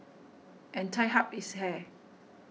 and tied up his hair